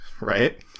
right